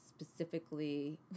specifically